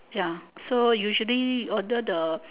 ya so usually order the